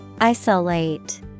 Isolate